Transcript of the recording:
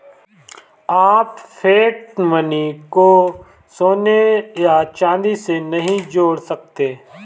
आप fiat money को सोने या चांदी से नहीं जोड़ सकते